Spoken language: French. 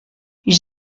ils